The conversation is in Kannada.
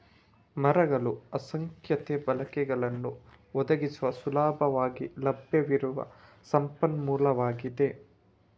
ಮರಗಳು ಅಸಂಖ್ಯಾತ ಬಳಕೆಗಳನ್ನು ಒದಗಿಸುವ ಸುಲಭವಾಗಿ ಲಭ್ಯವಿರುವ ಸಂಪನ್ಮೂಲವಾಗಿದೆ